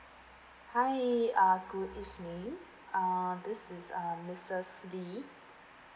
hi err good evening err this is uh misses lee